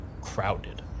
crowded